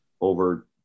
over